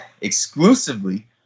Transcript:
exclusively